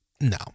no